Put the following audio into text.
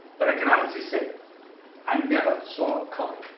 but i can honestly say i never saw color.